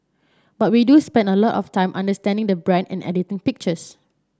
but we do spend a lot of time understanding the brand and editing pictures